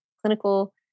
clinical